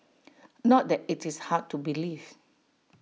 not that IT is hard to believe